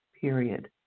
Period